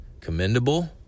commendable